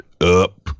up